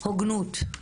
הוגנות.